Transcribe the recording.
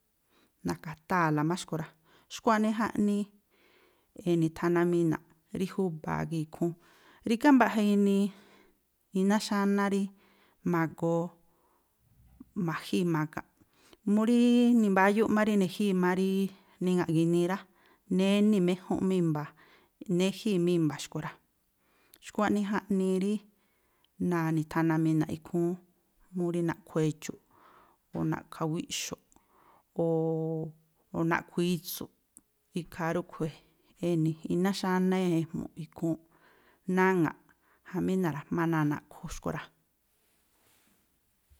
Na̱ka̱taa̱la má xkui̱ rá. Xkua̱ꞌnii jaꞌnii e̱ni̱thanamina̱ꞌ rí júba̱a gii̱ ikhúún. Rígá mbaꞌja inii iná xáná rí ma̱goo ma̱jíi̱ ma̱ga̱nꞌ. Mú rííí nimbáyú mbá rí ne̱jíi̱ má rííí niŋa̱ꞌ ginii rá, jnéni̱méjúnꞌ má i̱mba̱, jnéjíi̱ má i̱mba̱ xkui̱ rá. Xkua̱ꞌnii jaꞌnii rí na̱ni̱thanamina̱ꞌ ikhúún mú rí naꞌkhu̱ edxu̱ꞌ, o̱ na̱ꞌkha̱ wíꞌxo̱ꞌ, o̱o̱o̱ naꞌkhu̱ itsu̱ꞌ. Ikhaa ríꞌkhui̱ e̱ni̱. Iná xáná ejmu̱ꞌ ikhúúnꞌ, naŋa̱ꞌ jamí na̱ra̱jmá náa̱ naꞌkhu̱ xkui̱ rá.